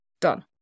done